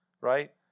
right